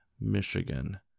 Michigan